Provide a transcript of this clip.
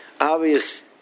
obvious